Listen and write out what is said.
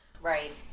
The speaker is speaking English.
right